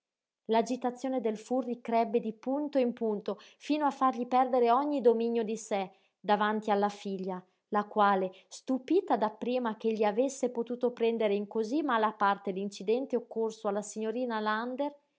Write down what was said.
l'agitazione del furri crebbe di punto in punto fino a fargli perdere ogni dominio di sé davanti alla figlia la quale stupita dapprima ch'egli avesse potuto prendere in cosí mala parte l'incidente occorso alla signorina lander